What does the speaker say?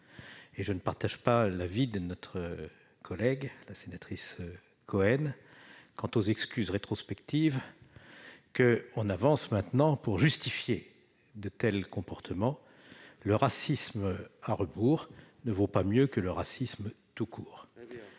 et je ne partage pas l'avis de notre collègue, Mme Cohen, quant aux excuses rétrospectives qu'on avance maintenant pour justifier de tels comportements : le racisme à rebours ne vaut pas mieux que le racisme tout court